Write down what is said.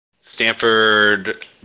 Stanford